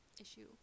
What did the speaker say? issue